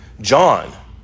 John